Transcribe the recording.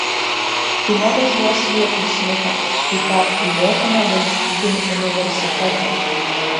tu nevažiuosi vietoj smito į tą apgailėtiną valstybinį universitetą